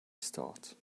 start